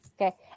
Okay